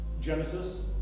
Genesis